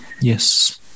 Yes